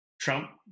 Trump